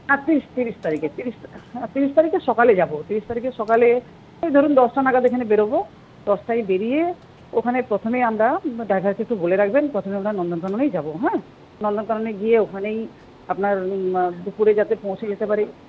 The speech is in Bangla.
হ্যাঁ তিরিশ তিরিশ তারিখে তিরিশ হ্যাঁ তিরিশ তারিখে সকালে যাব তিরিশ তারিখে সকালে ওই ধরুন দশটা নাগাদ এখানে বেরোব দশটায় বেরিয়ে ওখানে প্রথমে আমরা ড্রাইভারকে একটু বলে রাখবেন প্রথমে আমরা নন্দনকাননেই যাব হ্যাঁ নন্দনকাননে গিয়ে ওখানেই আপনার দুপুরে যাতে পৌঁছে যেতে পারি